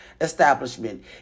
establishment